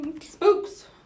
Spooks